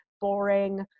boring